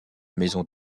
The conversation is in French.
maison